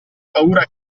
paura